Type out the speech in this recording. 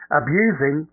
abusing